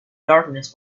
darkness